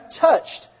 touched